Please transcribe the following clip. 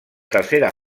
tercera